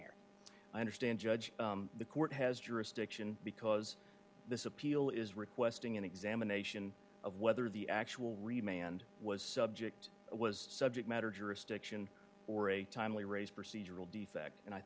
here i understand judge the court has jurisdiction because this appeal is requesting an examination of whether the actual remained was subject was subject matter jurisdiction or a timely raise procedural defect and i